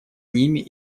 ними